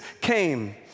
came